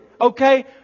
Okay